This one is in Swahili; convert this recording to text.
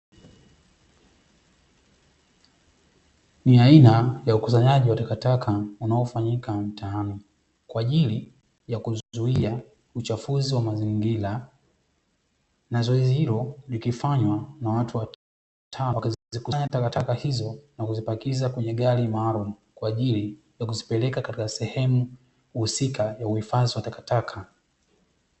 Ni aina ya ukusanyaji wa takataka unaofanyika mtaani kwa ajili ya kuzuia uchafuzi wa mazingira, na zoezi hilo likifanywa na watu watano, wakizikusanya takataka hizo na kuzipakia kwenye gari maalamu kwa ajili ya kuzipeleka katika sehemu husika ya uhifadhi wa takataka.